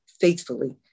faithfully